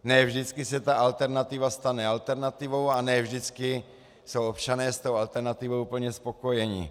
Ne vždycky se alternativa stane alternativou a ne vždycky jsou občané s tou alternativou úplně spokojeni.